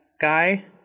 guy